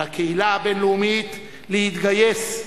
על הקהילה הבין-לאומית להתגייס,